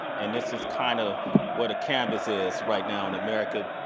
and this is kind of what a canvas is right now in america,